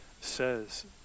says